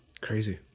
Crazy